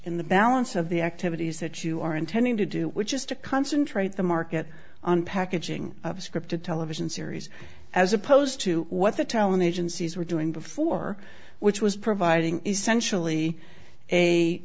in the balance of the activities that you are intending to do which is to concentrate the market on packaging of scripted television series as opposed to what the talent agencies were doing before which was providing essentially a